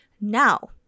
Now